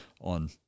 on